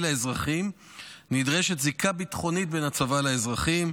לאזרחים נדרשת זיקה ביטחונית בין הצבא לאזרחים.